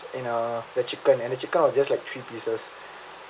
and uh the chicken and the chicken is just like three pieces